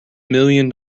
million